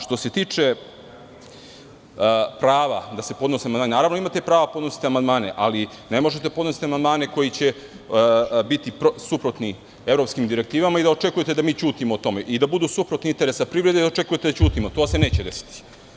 Što se tiče prava da se podnose amandmani, naravno da imate prava da podnosite amandmane, ali ne možete da podnosite amandmane koji će biti suprotni evropskim direktivama i očekujete da mi ćutimo o tome i da budu suprotniinteresima privrede i da očekujete da ćutimo, to se neće desiti.